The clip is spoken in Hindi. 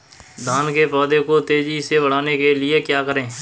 धान के पौधे को तेजी से बढ़ाने के लिए क्या करें?